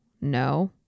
No